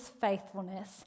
faithfulness